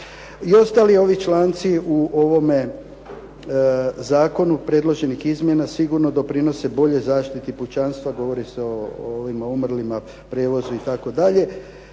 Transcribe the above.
ostali ovi članci u ovome zakonu predloženih izmjena sigurno doprinose boljoj zaštiti pučanstva. Govori se o ovima umrlima, prijevozu itd.